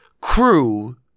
crew